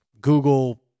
Google